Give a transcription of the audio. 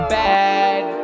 bad